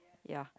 ya